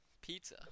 Pizza